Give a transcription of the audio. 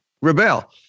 rebel